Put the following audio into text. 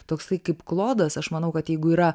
toksai kaip klodas aš manau kad jeigu yra